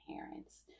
parents